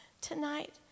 tonight